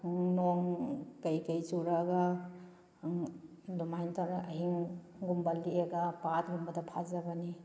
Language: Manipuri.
ꯅꯣꯡ ꯀꯩꯀꯩ ꯆꯨꯔꯛꯑꯒ ꯑꯗꯨꯃꯥꯏꯅ ꯇꯧꯔꯒ ꯑꯍꯤꯡꯒꯨꯝꯕ ꯂꯦꯛꯑꯒ ꯄꯥꯠꯀꯨꯝꯕꯗ ꯐꯥꯖꯕꯅꯤ